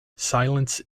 silence